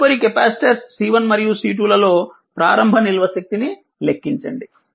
తదుపరి capacitors C1 మరియు C2 ల లో ప్రారంభ నిల్వ శక్తిని లెక్కించండి